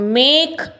make